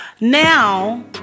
now